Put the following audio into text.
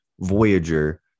Voyager